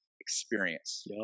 experience